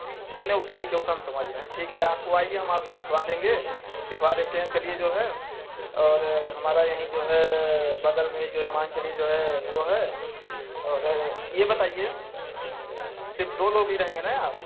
नहीं नहीं वह ठीक है उ तो हम समझ रहे हैं ठीक है आप हो आईए हम आपको दिखवा देंगे दिखवा देते हैं चलिए जो है और हमारा यही जो है बगल मान कर चलिए जो हैं वह है और है यह बताइए दो लोग ही रहेंगे ना आप